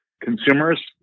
consumers